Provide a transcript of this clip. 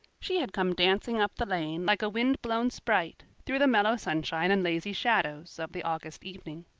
she had come dancing up the lane, like a wind-blown sprite, through the mellow sunshine and lazy shadows of the august evening.